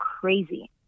crazy